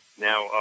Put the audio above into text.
now